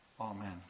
amen